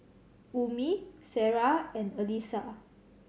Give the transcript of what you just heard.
Ummi Sarah and Alyssa